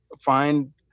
find